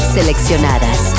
Seleccionadas